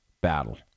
battle